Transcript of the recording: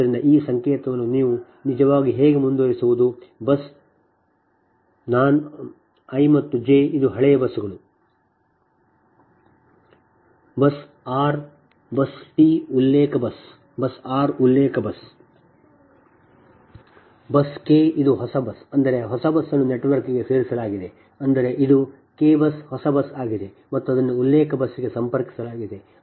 ಆದ್ದರಿಂದ ಈ ಸಂಕೇತವನ್ನು ನಿಜವಾಗಿ ಹೇಗೆ ಮುಂದುವರಿಸುವುದು ಬಸ್ ನಾನು ಮತ್ತು jಜೆ ಇದು ಹಳೆಯ ಬಸ್ಸುಗಳು ಬಸ್ r ಉಲ್ಲೇಖ ಬಸ್ ಎಂದು ನೀವು ಅರ್ಥಮಾಡಿಕೊಳ್ಳಬೇಕು ಬಸ್ kಕೆ ಇದು ಹೊಸ ಬಸ್ ಅಂದರೆ ಹೊಸ ಬಸ್ ಅನ್ನು ನೆಟ್ವರ್ಕ್ಗೆ ಸೇರಿಸಲಾಗಿದೆ ಅಂದರೆ ಇದು k ಬಸ್ ಹೊಸ ಬಸ್ ಆಗಿದೆ ಮತ್ತು ಅದನ್ನು ಒಂದು ಉಲ್ಲೇಖ ಬಸ್ಗೆ ಸಂಪರ್ಕಿಸಲಾಗಿದೆ